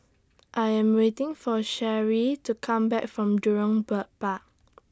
I Am waiting For Sherry to Come Back from Jurong Bird Park